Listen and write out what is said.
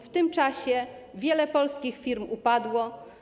W tym czasie wiele polskich firm upadło.